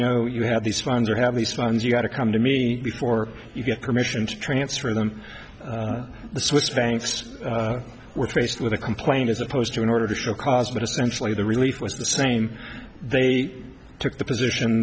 know you have these funds or have these funds you got to come to me before you get permission to transfer them the swiss banks were faced with a complaint as opposed to an order to show cause but essentially the relief was the same they took the position